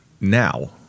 now